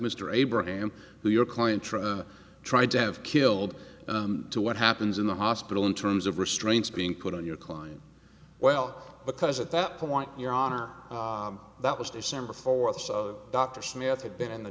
mr abraham who your client tried and tried to have killed and to what happens in the hospital in terms of restraints being put on your client well because at that point your honor that was december fourth dr smith had been in the